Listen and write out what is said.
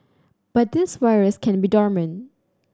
but this virus can be dormant